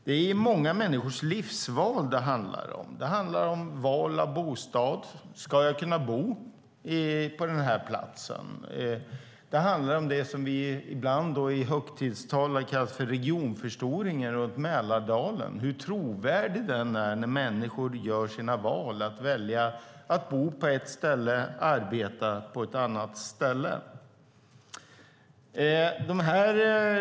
Det är många människors livsval det handlar om. Det handlar om val av bostad. Ska jag kunna bo på den här platsen? Det handlar om det som vi ibland i högtidstal har kallat för regionförstoring runt Mälardalen och hur trovärdig den är när människor gör sina val att bo på ett ställe och att arbeta på ett annat.